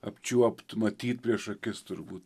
apčiuopt matyt prieš akis turbūt